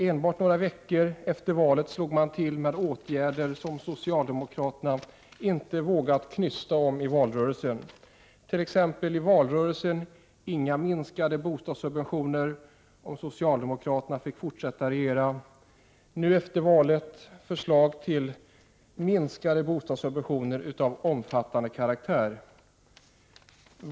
Enbart några veckor efter valet slog man till med åtgärder, som socialdemokraterna inte vågat knysta om i valrörelsen. Det sades t.ex. i valrörelsen att bostadssubventionerna inte skulle minska om socialdemokraterna fick fortsätta att regera. Nu efter valet kommer förslag till minskade bostadssubventioner av omfattande karaktär.